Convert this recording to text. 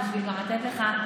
בשביל לתת לך,